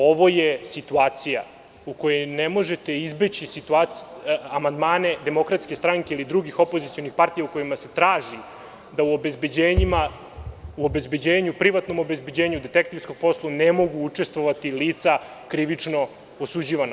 Ovo je situacija u kojoj ne možete izbeći amandmane DS, ili drugih opozicionih partija, u kojima se traži da u obezbeđenjima, u obezbeđenju, privatnom obezbeđenju, detektivskom poslu, ne mogu učestvovati lica krivično osuđivana.